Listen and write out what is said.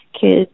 kids